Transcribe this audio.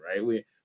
right